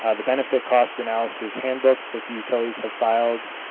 ah the benefit cost analysis handbooks that the utilities have filed,